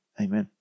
Amen